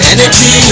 Energy